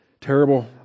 terrible